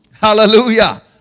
Hallelujah